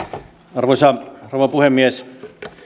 arvoisa rouva puhemies